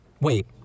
Wait